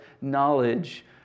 knowledge